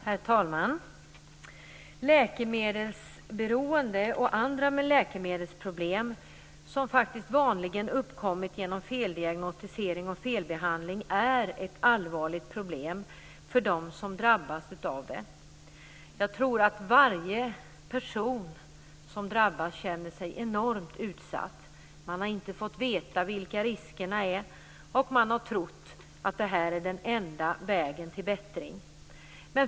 Herr talman! Läkemedelsberoende och andra läkemedelsproblem, som faktiskt vanligen uppkommit genom feldiagnostisering och felbehandling, är allvarliga problem för dem som drabbas. Jag tror att varje person som drabbas känner sig enormt utsatt. Man har inte fått veta vilka riskerna är, och man har trott att det här är den enda vägen till bättring.